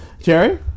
Jerry